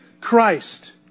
Christ